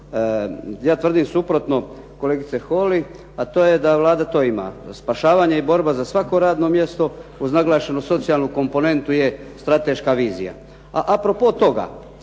Ja tvrdim suprotno kolegice Holy, a to je da Vlada to ima. Spašavanje i borba za svako radno mjesto, uz naglašenu socijalnu komponentu je strateška vizija. A a propos toga,